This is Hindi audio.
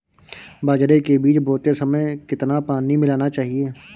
बाजरे के बीज बोते समय कितना पानी मिलाना चाहिए?